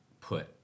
put